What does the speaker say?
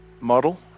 Model